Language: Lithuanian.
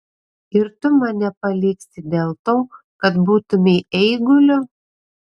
ir tu mane paliksi dėl to kad būtumei eiguliu